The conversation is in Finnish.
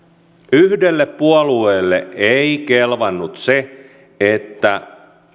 yhdelle puolueelle ei kelvannut se että